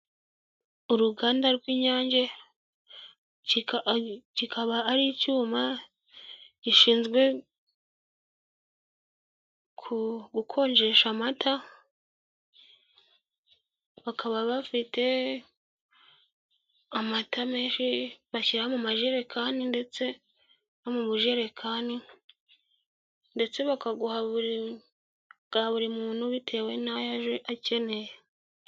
Uruganda rw'Inyange kikaba ari icyuma gishinzwe gikonjesha amata, bakaba bafite amata menshi bashyira mu majerekani ndetse no mu bujerekani, ndetse bakaguha bwa buri muntu bitewe n'ayo aje akeneye.